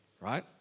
Right